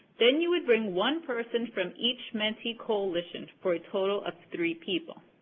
then you would bring one person from each mentee coalition, for a total of three people.